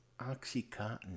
OxyContin